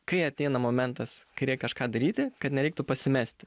kai ateina momentas kai kažką daryti kad nereiktų pasimesti